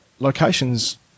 locations